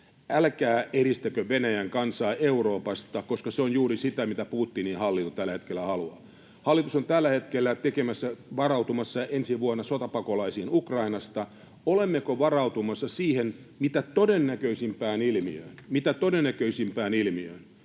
älkää eristäkö Venäjän kansaa Euroopasta, koska se on juuri sitä, mitä Putinin hallinto tällä hetkellä haluaa. Hallitus on tällä hetkellä varautumassa ensi vuonna sotapakolaisiin Ukrainasta. Olemmeko varautumassa siihen mitä todennäköisimpään ilmiöön